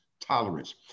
tolerance